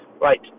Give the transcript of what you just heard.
Right